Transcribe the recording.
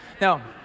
Now